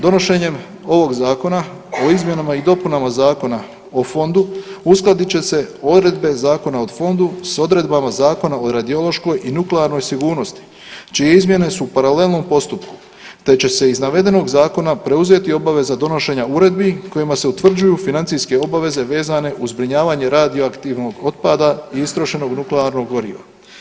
Donošenjem ovog Zakona, o izmjenama i dopunama Zakona o fondu uskladit će se odredbe Zakona o Fondu s odredbama Zakona o radiološkoj i nuklearnoj sigurnosti čije izmjene su u paralelnom postupku, te će se iz navedenog Zakona preuzeti obaveze donošenja uredi kojima se utvrđuju financijske obaveze vezane uz zbrinjavanje radioaktivnog otpada i istrošenog nuklearnog goriva.